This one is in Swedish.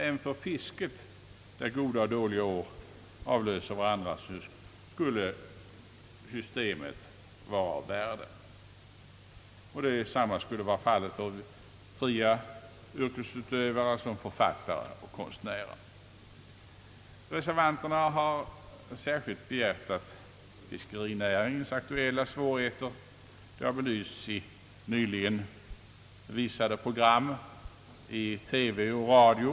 även för fiskare, för vilka goda och dåliga år avlöser varandra, skulle systemet vara av värde. Detsamma skulle vara fallet när det gäller fria yrkesutövare som författare och konstnärer. Reservanterna har särskilt behjärtat fiskerinäringens aktuella svårigheter. Dessa har belysts i nyligen visade program i TV och radio.